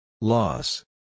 Loss